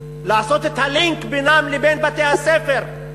לעשות את הלינק בינם לבין בתי-הספר,